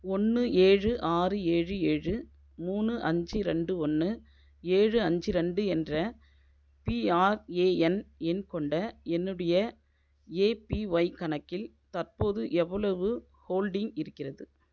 ஒன்று ஏழு ஆறு ஏழு ஏழு மூணு அஞ்சு ரெண்டு ஒன்று ஏழு அஞ்சு ரெண்டு என்ற பிஆர்ஏஎன் எண் கொண்ட என்னுடைய ஏபிஒய் கணக்கில் தற்போது எவ்வளவு ஹோல்டிங் இருக்கிறது